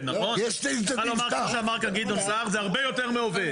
--- שאמר כאן גדעון סער זה הרבה יותר מעובד.